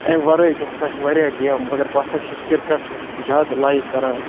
امہِ وَرٲے تہِ ہَسا چھِ واریاہ گیمہٕ مگر بہٕ ہسا چھُس کِرکَٹ زیادٕ لایِک کَران